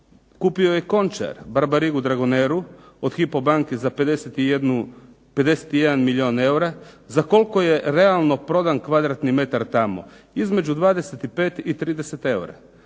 Kupio je Končar, Barbarigu-Dragoneru od HIPO banke za 51 milijun eura, za koliko je realno prodan kvadratni metar tamo? Između 25 i 30 eura.